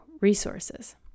resources